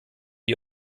die